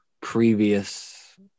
previous